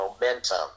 momentum